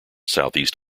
southeast